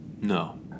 No